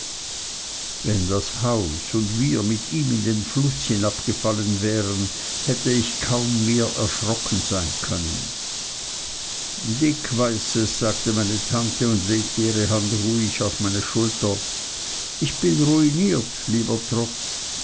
wenn das haus und wir mit ihm in den fluß hinabgefallen wären hätte ich kaum mehr erschrocken sein können dick weiß es sagte meine tante und legte ihre hand ruhig auf meine schulter ich bin ruiniert lieber